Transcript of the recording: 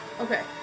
Okay